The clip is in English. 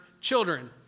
children